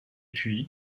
puis